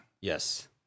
yes